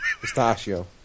Pistachio